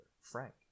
Frank